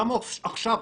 למה עכשיו,